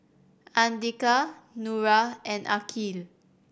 Andika Nura and Aqil